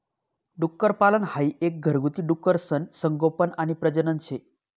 डुक्करपालन हाई एक घरगुती डुकरसनं संगोपन आणि प्रजनन शे